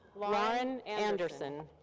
lauren anderson.